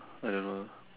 I don't know